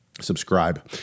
Subscribe